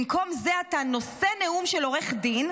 במקום זה אתה נושא נאום של עורך דין,